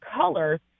color